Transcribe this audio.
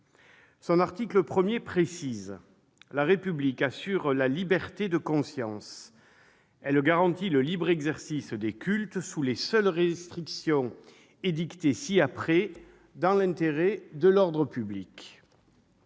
Son article 1 dispose que « la République assure la liberté de conscience. Elle garantit le libre exercice des cultes sous les seules restrictions édictées ci-après dans l'intérêt de l'ordre public. »